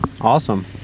Awesome